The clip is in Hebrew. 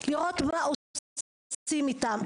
לראות מה עושים איתם,